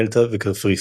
מלטה וקפריסין.